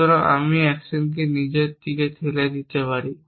সুতরাং আমি অ্যাকশনকে নিচের দিকে ঠেলে দিতে পারি